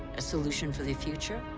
a solution for the future?